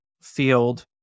field